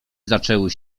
zaczęły